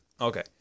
Okay